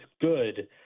good